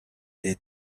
est